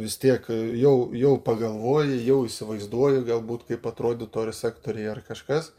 vis tiek jau jau pagalvoji jau įsivaizduoji galbūt kaip atrodytų ar sektoriai ar kažkas